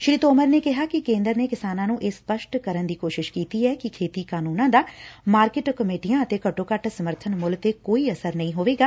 ਸ੍ਰੀ ਤੋਮਰ ਨੇ ਕਿਹਾ ਕਿ ਕੇ ਦਰ ਨੇ ਕਿਸਾਨਾਂ ਨੂੰ ਇਹ ਸਪੱਸ਼ਟ ਕਰਨ ਦੀ ਕੋਸ਼ਿਸ਼ ਕੀਤੀ ਐ ਕਿ ਖੇਤੀ ਕਾਨੂੰਨਾਂ ਦਾ ਮਾਰਕਿਟ ਕਮੇਟੀਆਂ ਅਤੇ ਘੱਟੋ ਘੱਟ ਸਮਰਬਨ ਮੁੱਲ ਤੇ ਕੋਈ ਅਸਰ ਨਹੀ ਹੋਵੇਗਾ